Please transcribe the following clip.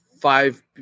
five